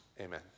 Amen